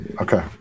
Okay